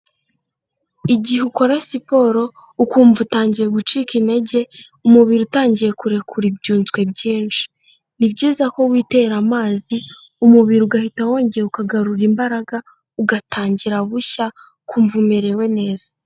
Igihe ukora siporo ukumva utangiye gucika intege umubiri utangiye kurekura ibyunzwe byinshi, ni byiza ko witera amazi umubiri ugahita wongera ukagarura imbaraga ugatangira bushya ukumva umerewe neza.